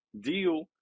deal